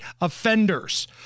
offenders